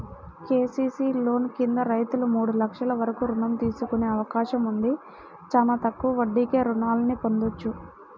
KCC loan కింద రైతులు మూడు లక్షల వరకు రుణం తీసుకునే అవకాశం ఉంది, చానా తక్కువ వడ్డీకే రుణాల్ని పొందొచ్చు